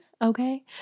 Okay